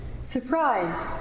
Surprised